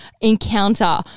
encounter